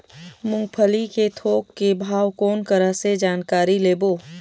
मूंगफली के थोक के भाव कोन करा से जानकारी लेबो?